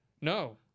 no